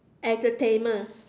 entertainment